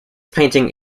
painting